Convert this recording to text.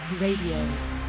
RADIO